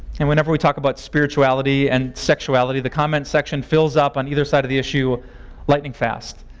and whenever we talk about spirituality and sexuality, the comment section fills up on either side of the issue lightning fast.